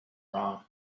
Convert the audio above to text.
wrong